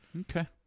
Okay